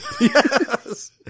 Yes